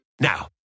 Now